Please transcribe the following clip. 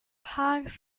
parks